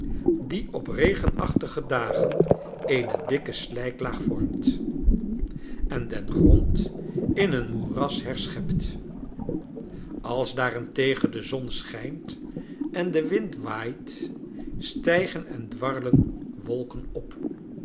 die op regenachtige dagen eene dikke slijklaag vormt en den grond in een moeras herschept als daarentegen de zon schijnt en de wind waait stijgen en dwarrelen wolken op